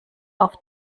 auf